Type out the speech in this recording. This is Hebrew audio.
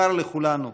המוכר לכולנו: